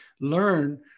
learn